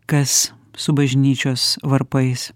kas su bažnyčios varpais